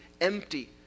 empty